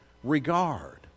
regard